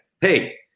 hey